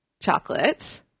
chocolate